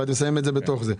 ואתם שמים את זה בתוך זה.